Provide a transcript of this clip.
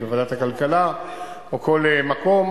אם בוועדת הכלכלה או בכל מקום,